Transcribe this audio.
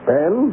Ben